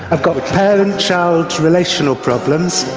i've got parent-child relational problems,